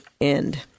end